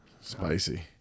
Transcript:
spicy